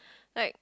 right